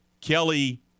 kelly